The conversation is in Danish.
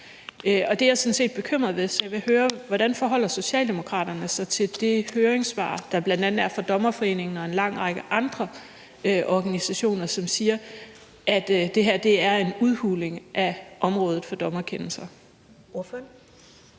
og det er jeg sådan set bekymret for, så jeg vil høre: Hvordan forholder Socialdemokraterne sig til det høringssvar, der bl.a. er kommet fra Dommerforeningen og en lang række andre organisationer, som siger, at det her er en udhuling af området for dommerkendelser?